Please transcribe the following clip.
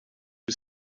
you